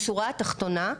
בשורה התחתונה,